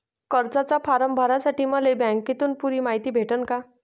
कर्जाचा फारम भरासाठी मले बँकेतून पुरी मायती भेटन का?